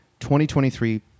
2023